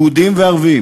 יהודים וערבים.